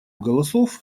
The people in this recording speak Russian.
голосов